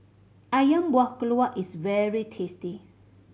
Ayam Buah Keluak is very tasty